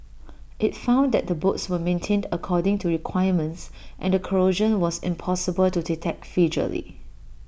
IT found that the bolts were maintained according to requirements and the corrosion was impossible to detect visually